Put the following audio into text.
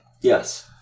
Yes